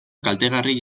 kaltegarria